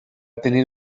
tenir